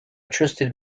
trusted